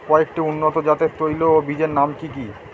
কয়েকটি উন্নত জাতের তৈল ও বীজের নাম কি কি?